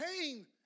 pain